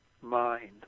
mind